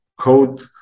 code